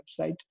website